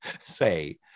say